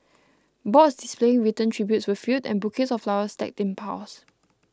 boards displaying written tributes were filled and bouquets of flowers stacked in piles